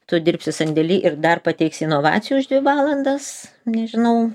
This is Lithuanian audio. tu dirbsi sandėly ir dar pateiksi inovacijų už dvi valandas nežinau